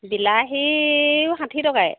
বিলাহীও ষাঠি টকাই